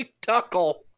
tuckle